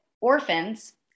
orphans